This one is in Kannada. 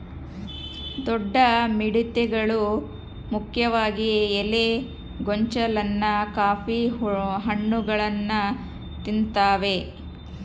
ದೊಡ್ಡ ಮಿಡತೆಗಳು ಮುಖ್ಯವಾಗಿ ಎಲೆ ಗೊಂಚಲನ್ನ ಕಾಫಿ ಹಣ್ಣುಗಳನ್ನ ತಿಂತಾವೆ